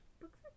Books